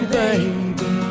baby